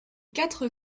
quatre